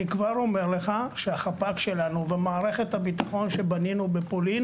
אני כבר אומר לך שהחפ"ק שלנו במערכת הביטחון שבנינו בפולין